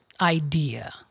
idea